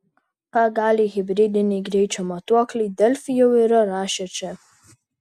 ką gali hibridiniai greičio matuokliai delfi jau yra rašę čia